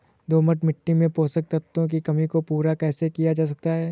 दोमट मिट्टी में पोषक तत्वों की कमी को पूरा कैसे किया जा सकता है?